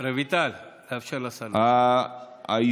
אבל אני אומרת לך שזה פוגע בחקלאים,